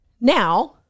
now